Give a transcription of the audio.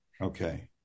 Okay